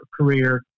career